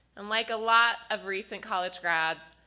and like a lot of recent college grads,